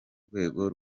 rwego